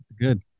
good